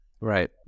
Right